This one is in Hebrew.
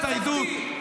זה תוספתי.